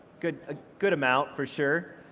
good, a good amount for sure.